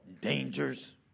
dangers